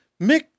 Mick